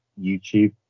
YouTube